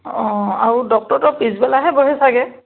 অঁ আৰু ডক্তৰটো পিছবেলাহে বহে চাগে